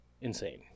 insane